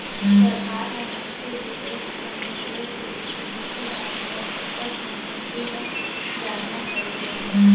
सरकार ह मनखे ले कई किसम ले टेक्स लेथे जेखर बारे म बिकट झन मनखे ह जानय घलो नइ